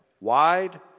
Wide